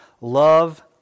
love